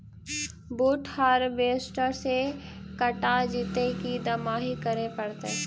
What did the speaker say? बुट हारबेसटर से कटा जितै कि दमाहि करे पडतै?